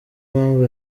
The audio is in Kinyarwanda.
mpamvu